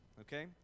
Okay